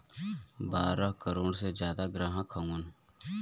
बारह करोड़ से जादा ग्राहक हउवन